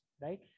right